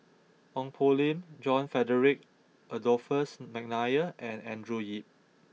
Ong Poh Lim John Frederick Adolphus McNair and Andrew Yip